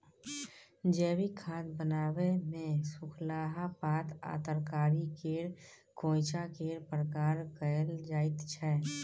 जैबिक खाद बनाबै मे सुखलाहा पात आ तरकारी केर खोंइचा केर प्रयोग कएल जाइत छै